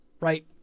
Right